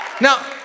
Now